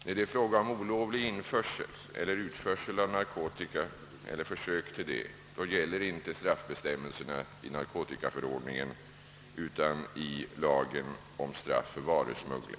Den tredje frågan rör olovlig införsel eller utförsel av narkotika eller försök härtill. Då gäller inte straffbestämmelserna i narkotikaförordningen, utan bestämmelserna i lagen om straff för varusmuggling.